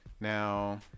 Now